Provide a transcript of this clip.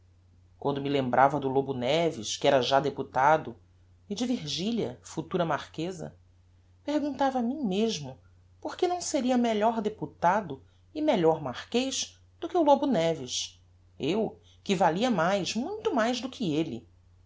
quando me lembrava do lobo neves que era já deputado e de virgilia futura marqueza perguntava a mim mesmo porque não seria melhor deputado e melhor marquez do que o lobo neves eu que valia mais muito mais do que elle